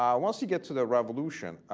um once you get to the revolution,